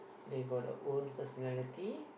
they got their own personality